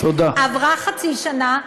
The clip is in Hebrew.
עברה חצי שנה,